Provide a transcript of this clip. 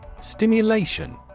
STIMULATION